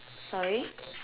sorry